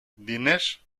diners